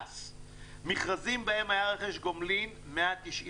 מכרזים שבהם היה רכש גומלין 199,